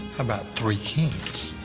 about three kings?